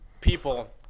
people